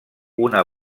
una